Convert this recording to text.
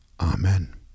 Amen